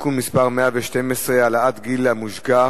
(תיקון מס' 112) (העלאת גיל המושגח),